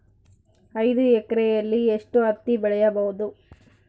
ಐದು ಎಕರೆಯಲ್ಲಿ ಎಷ್ಟು ಹತ್ತಿ ಬೆಳೆಯಬಹುದು?